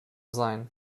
sein